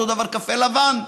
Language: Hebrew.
אותו הדבר קפה לבן,